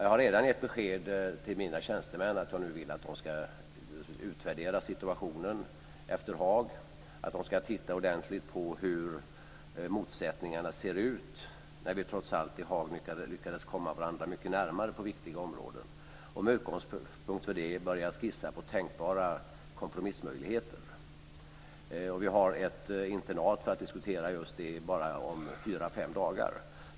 Jag har redan gett besked till mina tjänstemän att jag vill att de ska utvärdera situationen efter Haag, att de ska titta ordentligt på hur motsättningarna ser ut när vi trots allt i Haag lyckades komma varandra mycket närmare på viktiga områden. Med utgångspunkt i detta ska de börja skissa på tänkbara kompromissmöjligheter. Vi har ett internat om fyra fem dagar för att diskutera just detta.